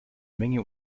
menge